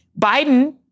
Biden